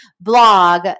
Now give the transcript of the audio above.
blog